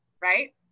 right